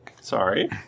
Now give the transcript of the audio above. Sorry